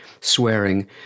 swearing